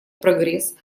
прогресс